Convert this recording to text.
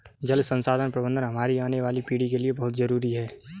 जल संसाधन प्रबंधन हमारी आने वाली पीढ़ी के लिए बहुत जरूरी है